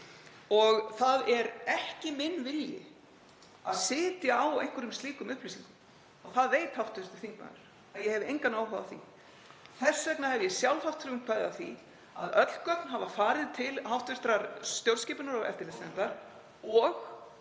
og það er ekki minn vilji að sitja á einhverjum slíkum upplýsingum. Það veit hv. þingmaður, að ég hef engan áhuga á því. Þess vegna hef ég sjálf haft frumkvæði að því að öll gögn hafa farið til hv. stjórnskipunar- og eftirlitsnefndar og